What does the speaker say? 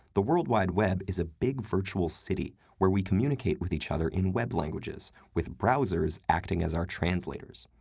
the world wide web is a big virtual city where we communicate with each other in web languages, with browsers acting as our translators.